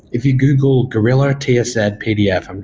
if you google guerilla ts ed pdf, um